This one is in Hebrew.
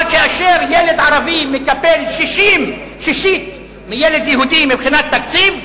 אבל כאשר ילד ערבי מקבל שישית מילד יהודי מבחינת תקציב,